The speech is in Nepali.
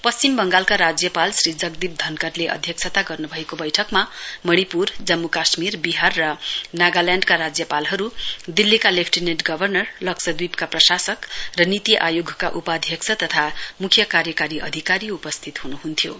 पश्चिम बगालका राज्यपाल श्री जगदीप धनकरले अध्यक्षता गर्नुभएको बैठकमा मणिपुर जम्मू काश्मीर बिहार र नागल्याण्ड राज्यपालहरू दिल्लीका लेपफ्टिनेन्ट गवर्नर लक्ष्यद्वीपका प्रशासक र र नीति आयोगका उपाध्यक्ष तथा मुख्य कार्यकारी अधिकारी उपस्थित हुनुहुन्थ्यो